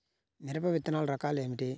మిరప విత్తనాల రకాలు ఏమిటి?